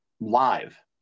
live